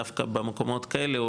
דווקא במקומות כאלה,